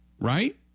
right